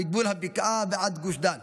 מגבול הבקעה ועד גוש דן.